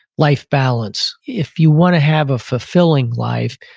life balance. if you want to have a fulfilling life,